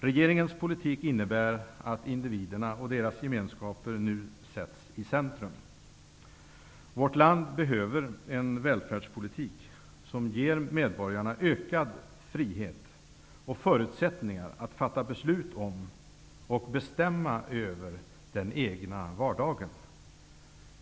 Regeringens politik innebär att individerna och deras gemenskaper nu sätts i centrum. Vårt land behöver en välfärdspolitik som ger medborgarna ökad frihet och förutsättningar att fatta beslut om och bestämma över den egna vardagen.